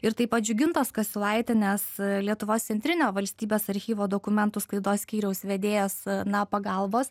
ir taip pat džiugintos kasiulaitienės lietuvos centrinio valstybės archyvo dokumentų sklaidos skyriaus vedėjos na pagalbos